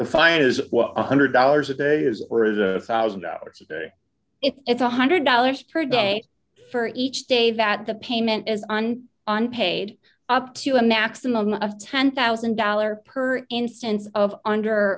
one hundred dollars a day is where the one thousand dollars a day it's one hundred dollars per day for each day that the payment is on unpaid up to a maximum of ten thousand dollars per instance of under